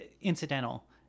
incidental